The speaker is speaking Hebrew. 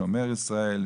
שומר ישראל,